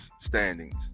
standings